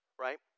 right